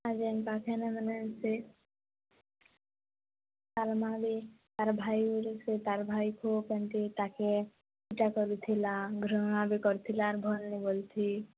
ଆଉ ଯେନ ପାଖେନେ ମାନେ ସେ ତାର ମା ଦେ ତାର ଭାଇ ର ସେ ତାର ଭାଇ କୁ କେମିତି ପାଖେ ଇଟା କରୁଥିଲା ଘୃଣା ବି କରୁଥିଲା ଆର ଭଲ ନେଇ ବୋଲସି